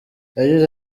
yagize